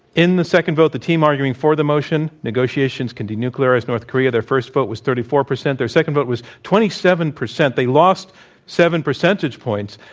in the second vote, the team arguing for the motion negotiations can denuclearize north korea their first vote was thirty four percent. their second vote was twenty seven percent. they lost seven percentage points.